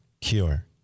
cure